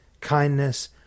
kindness